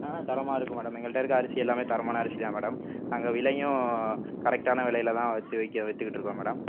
ஆ தரமாக இருக்கும் மேடம் எங்கள்ட்ட இருக்கிற அரிசி எல்லாமே தரமான அரிசிதான் மேடம் நாங்கள் விலையும் கரெக்டான விலையில தான் வெச்சி விற்க விற்றுக்கிட்டுருக்கோம் மேடம்